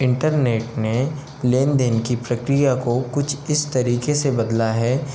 internet ने लेन देन की प्रक्रिया को कुछ इस तरीके से बदला है